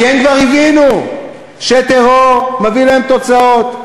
כי הם כבר הבינו שטרור מביא להם תוצאות,